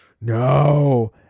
no